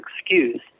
excuse